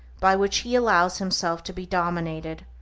by which he allows himself to be dominated,